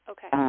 Okay